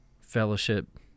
fellowship